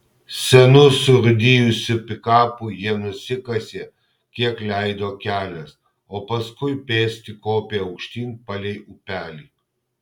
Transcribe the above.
senu surūdijusiu pikapu jie nusikasė kiek leido kelias o paskui pėsti kopė aukštyn palei upelį